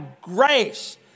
grace